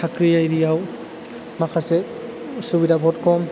साख्रि एरियाव माखासे सुबिदा बहुद खम